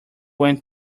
went